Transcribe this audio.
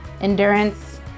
endurance